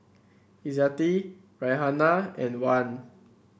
Izzati Raihana and Wan